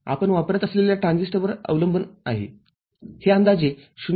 आपण वापरत असलेल्या ट्रान्झिस्टरवर अवलंबून हे अंदाजे ०